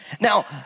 Now